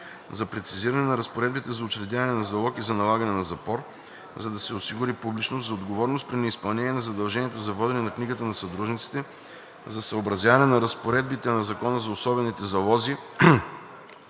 за прецизиране на разпоредбите за учредяване на залог и за налагане на запор, за да се осигури публичност, за отговорност при неизпълнение на задължението за водене на книгата на съдружниците, за съобразяване на разпоредбите на Закона за особените залози